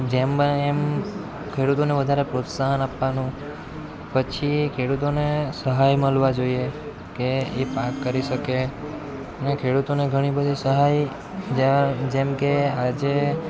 જેમ બને એમ ખેડૂતોને વધારે પ્રોત્સાહન આપવાનું પછી ખેડૂતોને સહાય મળવા જોઈએ કે એ પાક કરી શકે ને ખેડૂતોને ઘણી બધી સહાય જ્યાં જેમ કે આજે